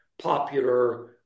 popular